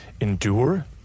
Endure